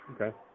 Okay